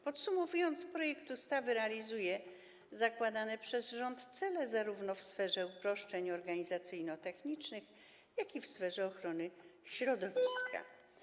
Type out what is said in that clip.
Podsumowując, projekt ustawy realizuje zakładane przez rząd cele zarówno w sferze uproszczeń organizacyjno-technicznych, jak i w sferze ochrony środowiska.